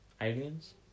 Aliens